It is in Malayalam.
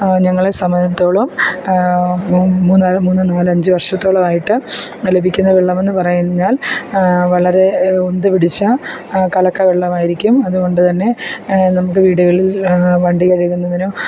ഞങ്ങളുടെ സമയത്തോളം മൂന്ന് മൂന്ന് നാലഞ്ച് വർഷത്തോളമായിട്ട് ലഭിക്കുന്ന വെള്ളമെന്ന് പറഞ്ഞാൽ വളരെ ഉന്ത് പിടിച്ച കലക്ക വെള്ളമായിരിക്കും അതുകൊണ്ട് തന്നെ നമുക്ക് വീടുകളിൽ വണ്ടി കഴുകുന്നതിനും